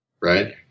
Right